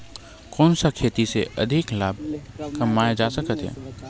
कोन सा खेती से अधिक लाभ कमाय जा सकत हे?